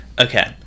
Okay